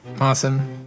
awesome